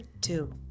two